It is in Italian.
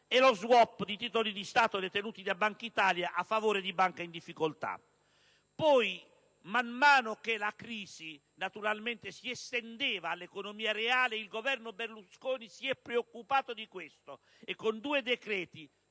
e lo *swap* di titoli di Stato detenuti dalla Banca d'Italia a favore di banche in difficoltà. Poi, man mano che la crisi si estendeva all'economia reale, il Governo Berlusconi si è preoccupato di questo e con due decreti